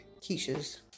quiches